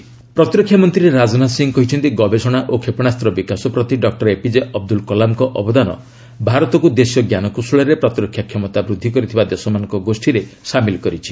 DRDO Rajnath ପ୍ରତିରକ୍ଷାମନ୍ତ୍ରୀ ରାଜନାଥ ସିଂହ କହିଛନ୍ତି ଗବେଷଣା ଓ କ୍ଷେପଣାସ୍ତ ବିକାଶ ପ୍ରତି ଡକ୍ଟର ଏପିଜେ ଅବଦୁଲ କଲାମଙ୍କ ଅବଦାନ ଭାରତକୁ ଦେଶୀୟ ଜ୍ଞାନକୌଶଳରେ ପ୍ରତିରକ୍ଷା କ୍ଷମତା ବୃଦ୍ଧି କରିଥିବା ଦେଶମାନଙ୍କ ଗୋଷ୍ଠୀରେ ସାମିଲ କରିଛି